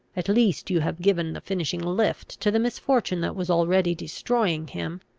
at least you have given the finishing lift to the misfortune that was already destroying him.